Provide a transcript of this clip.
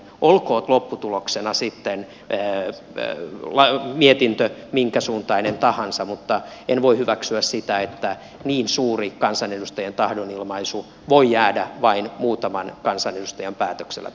olkoon lopputuloksena sitten minkäsuuntainen tahansa mietintö mutta en voi hyväksyä sitä että niin suuri kansanedustajien tahdonilmaisu voi jäädä vain muutaman kansanedustajan päätöksellä pöydälle